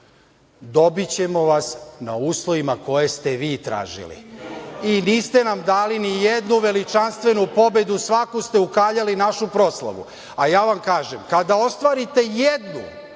dobićemo vas na uslovima koje ste vi tražili i niste nam da li nijednu veličanstvenu pobedu, svaku ste ukaljali našu proslavu. Ja vam kažem, kada ostvarite jednu